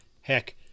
Heck